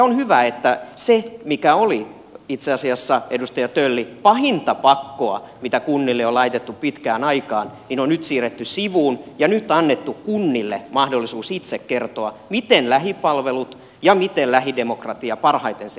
on hyvä että se mikä oli itse asiassa edustaja tölli pahinta pakkoa mitä kunnille on laitettu pitkään aikaan on nyt siirretty sivuun ja annettu kunnille mahdollisuus itse kertoa miten lähipalvelut ja lähidemokratia parhaiten siellä turvataan